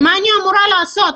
מה אני אמורה לעשות?